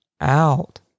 out